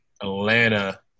Atlanta –